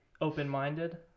open-minded